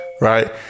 right